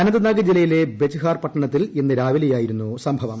അനന്ത്നാഗ് ജില്ലയിലെ ബ്രിജ്ബഹാര പട്ടണത്തിൽ ഇന്ന് രാവിലെയായിരുന്നു സംഭവം